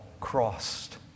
crossed